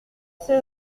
ses